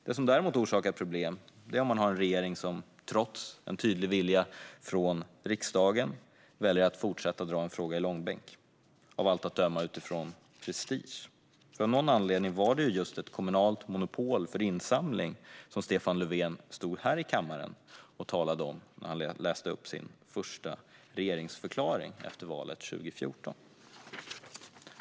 Det som däremot orsakar problem är att regeringen trots en tydlig vilja från riksdagen väljer att dra frågan i långbänk. Av allt att döma sker det utifrån prestige. Av någon anledning var just ett kommunalt monopol för insamlingen ett av löftena som Stefan Löfven talade om här i kammaren när han läste upp sin första regeringsförklaring efter valet 2014.